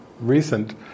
recent